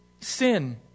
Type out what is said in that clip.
sin